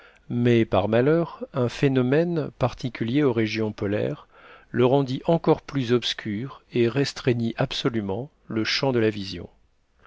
mais par malheur un phénomène particulier aux régions polaires le rendit encore plus obscur et restreignit absolument le champ de la vision